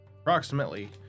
approximately